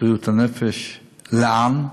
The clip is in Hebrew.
בריאות הנפש לעם,